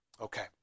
Okay